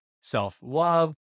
self-love